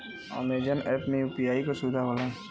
Amazon app में UPI क सुविधा होला